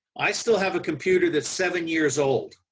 i still have a computer that's seven years old.